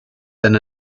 than